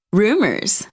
rumors